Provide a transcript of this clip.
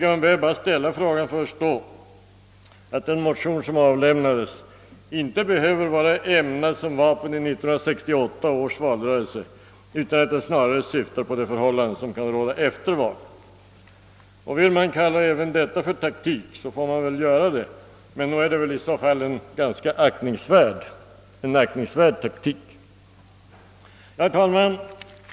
Man behöver bara ställa frågan för att förstå att den motion som avlämnats inte behöver vara ämnad som vapen i 1968 års valrörelse utan att den snarare tillkommit med tanke på de förhållanden som kan komma att råda efter valet. Vill man kalla även detta för taktik, så får man väl göra det, men nog är det väl i så fall en aktningsvärd taktik.